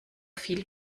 viel